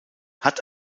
hat